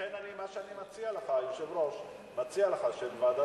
לכן, מה שאני מציע לך, היושב-ראש, שוועדת